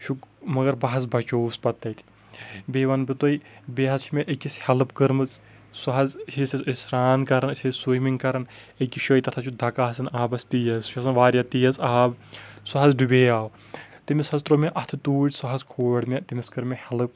شُکر مگر بہٕ حظ بچووُس پتہٕ تتہِ بیٚیہِ ونہٕ بہٕ تۄہہِ بیٚیہِ حظ چھِ مےٚ أکِس ہٮ۪لٕپ کٔرمٕژ سُہ حظ ییہس أسۍ سرٛان کران أسۍ ٲسۍ سُیمنٛگ کران أکِس جایہِ تتھ حظ چھُ دکہٕ آسان آبس تیز سُہ چھُ آسان واریاہ تیز آب سُہ حظ ڈُبے یو تٔمِس حظ ترٛوو مےٚ اتھٕ توٗرۍ سُہ حظ کھور مےٚ تٔمِس کٔر مےٚ ہٮ۪لٕپ